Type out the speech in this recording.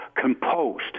composed